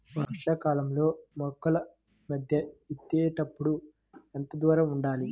వరసలలో మొక్కల మధ్య విత్తేప్పుడు ఎంతదూరం ఉండాలి?